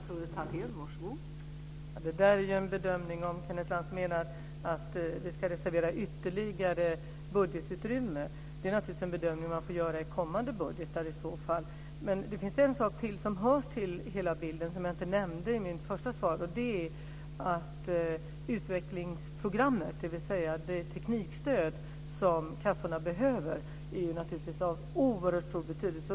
Fru talman! Det där är ju en bedömning, om Kenneth Lantz menar att vi ska reservera ytterligare budgetutrymme. Det är naturligtvis en bedömning man får göra i kommande budgetar i så fall. Men det finns en sak till som hör till hela bilden och som jag inte nämnde i mitt första svar. Det är utvecklingsprogrammet, dvs. det teknikstöd som kassorna behöver. Det är naturligtvis av oerhört stor betydelse.